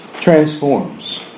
transforms